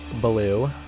blue